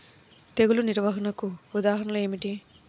తెగులు నిర్వహణకు ఉదాహరణలు ఏమిటి?